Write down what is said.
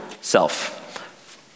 self